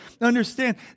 Understand